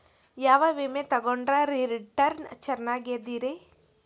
ಯಾವ ವಿಮೆ ತೊಗೊಂಡ್ರ ರಿಟರ್ನ್ ಚೆನ್ನಾಗಿದೆರಿ?